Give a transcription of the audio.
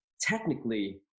technically